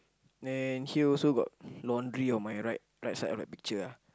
then here also got laundry on my right right side of the picture ah